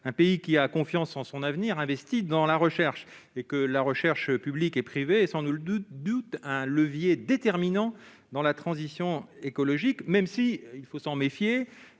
un pays qui a confiance en son avenir investit dans la recherche. La recherche publique et privée est sans nul doute un levier déterminant dans la transition écologique, même si la réponse